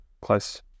close